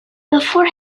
before